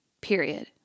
period